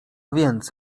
więc